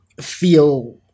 feel